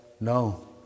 No